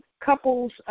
couples –